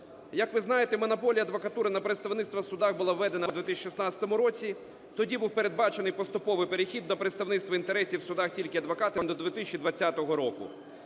Як ви знаєте, монополія адвокатури на представництво в судах була введена у 2016 році. Тоді був передбачений поступовий перехід до представництва інтересів в судах тільки адвокатом до 2020 року.